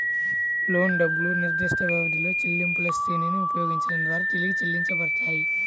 లోను డబ్బులు నిర్దిష్టవ్యవధిలో చెల్లింపులశ్రేణిని ఉపయోగించడం ద్వారా తిరిగి చెల్లించబడతాయి